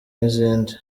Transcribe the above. nizindi